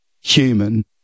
human